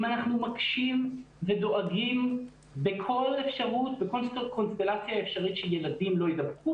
אם אנחנו מקשים ודואגים בכל קונסטלציה אפשרית שילדים לא ידבקו,